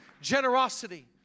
generosity